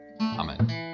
Amen